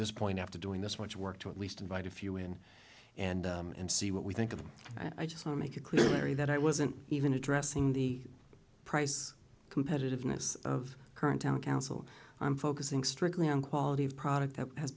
this point after doing this much work to at least invite a few in and and see what we think of them i just want make it clear larry that i wasn't even addressing the price competitiveness of current town council i'm focusing strictly on quality of product that has